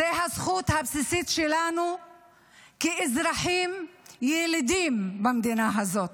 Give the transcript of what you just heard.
זו הזכות הבסיסית שלנו כאזרחים ילידים במדינה הזאת.